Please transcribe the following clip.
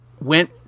went